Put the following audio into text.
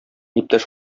иптәш